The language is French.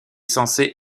censé